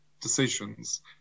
decisions